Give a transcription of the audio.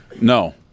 No